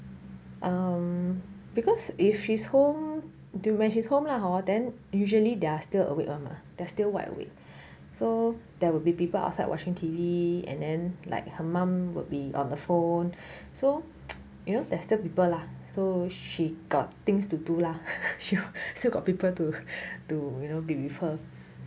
um because if she's home do~ when she's home lah hor then usually they're still awake [one] mah they're still wide awake so there will be people outside watching T_V and then like her mum would be on the phone so you know pester people lah so she got things to do lah she still got people to to you know be with her